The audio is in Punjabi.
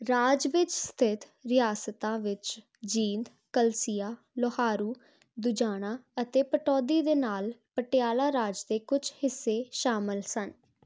ਰਾਜ ਵਿੱਚ ਸਥਿਤ ਰਿਆਸਤਾਂ ਵਿੱਚ ਜੀਂਦ ਕਲਸੀਆ ਲੋਹਾਰੂ ਦੁਜਾਨਾ ਅਤੇ ਪਟੌਦੀ ਦੇ ਨਾਲ ਪਟਿਆਲਾ ਰਾਜ ਦੇ ਕੁਝ ਹਿੱਸੇ ਸ਼ਾਮਲ ਸਨ